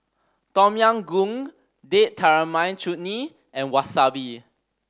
Tom Yam Goong Date Tamarind Chutney and Wasabi